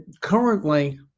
currently